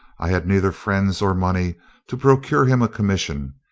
i had neither friends or money to procure him a commission,